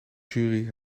jury